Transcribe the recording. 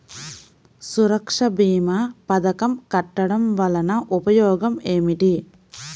సురక్ష భీమా పథకం కట్టడం వలన ఉపయోగం ఏమిటి?